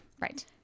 Right